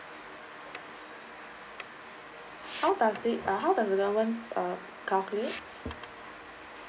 how does the uh how does the government uh calculate